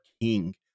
king